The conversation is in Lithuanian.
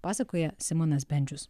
pasakoja simonas bendžius